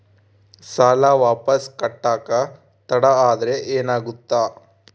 ಸಾಲ ವಾಪಸ್ ಕಟ್ಟಕ ತಡ ಆದ್ರ ಏನಾಗುತ್ತ?